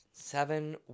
Seven